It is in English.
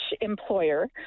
employer